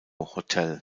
hotel